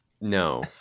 No